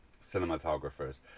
cinematographers